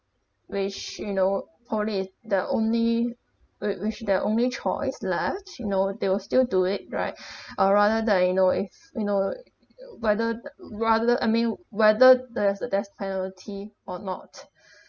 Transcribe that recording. which you know probably is the only which which their choice lefts you know they will still do it right or rather than you know if you know whether uh rather I mean whether there's the death penalty or not